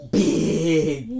big